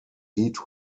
heat